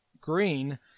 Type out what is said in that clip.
Green